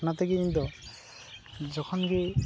ᱚᱱᱟ ᱛᱮᱜᱮ ᱤᱧ ᱫᱚ ᱡᱚᱠᱷᱚᱱ ᱜᱮ